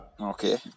Okay